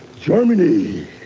Germany